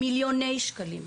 מיליוני שקלים,